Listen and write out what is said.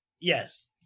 Yes